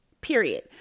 period